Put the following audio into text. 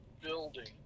building